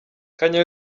kanye